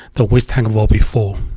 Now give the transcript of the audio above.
the waste tank will be full.